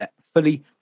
fully